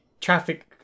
traffic